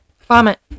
Vomit